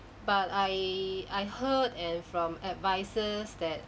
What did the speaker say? but I I heard and from advisers that